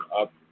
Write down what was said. up